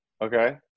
Okay